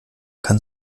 kann